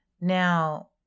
Now